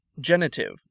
Genitive